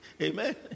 amen